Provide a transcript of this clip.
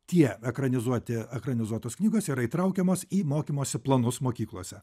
tie ekranizuoti ekranizuotos knygos yra įtraukiamos į mokymosi planus mokyklose